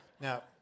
now